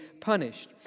punished